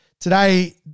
Today